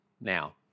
Now